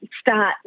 start